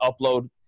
upload